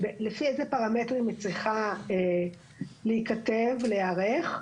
לפי איזה פרמטרים היא צריכה להיכתב ולהיערך,